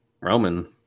Roman